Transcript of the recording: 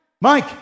Mike